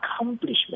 accomplishment